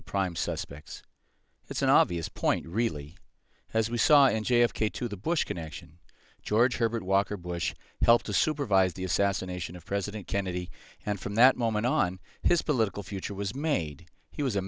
the prime suspects it's an obvious point really as we saw in j f k to the bush connection george herbert walker bush helped to supervise the assassination of president kennedy and from that moment on his political future was made he was a